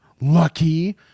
Lucky